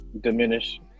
diminish